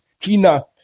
China